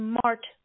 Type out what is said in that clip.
smart